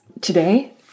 Today